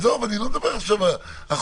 עזוב, אני לא מדבר עכשיו אחורה.